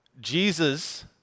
Jesus